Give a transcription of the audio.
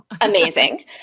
amazing